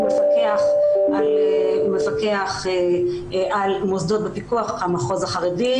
הוא מפקח על מוסדות בפיקוח המחוז החרדי.